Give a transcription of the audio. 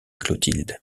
clotilde